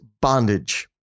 bondage